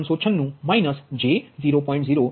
98396 j0